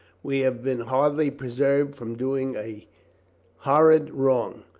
we have been hardly preserved from doing a hor rid wrong.